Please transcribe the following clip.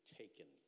taken